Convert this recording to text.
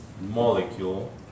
molecule